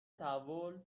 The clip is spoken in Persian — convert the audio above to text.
تحول